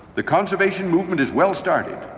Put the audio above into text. the conservation movement is well started,